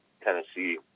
tennessee